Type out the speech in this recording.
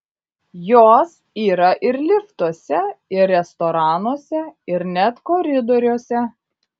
jos yra ir liftuose ir restoranuose ir net koridoriuose